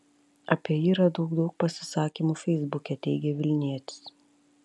apie jį radau daug pasisakymų feisbuke teigė vilnietis